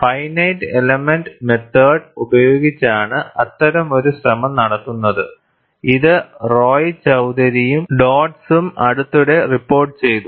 finite element method ഉപയോഗിച്ചാണ് അത്തരമൊരു ശ്രമം നടത്തുന്നത് ഇത് റോയ്ചൌധരിയും ഡോഡ്സും അടുത്തിടെ റിപ്പോർട്ടുചെയ്തു